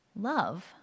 love